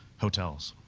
hotels.